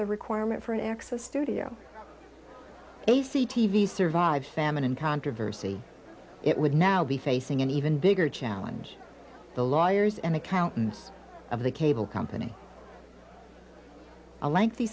the requirement for an access studio a c t v survived famine and controversy it would now be facing an even bigger challenge the lawyers and accountants of the cable company a lengthy